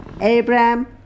Abraham